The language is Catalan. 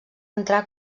entrar